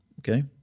Okay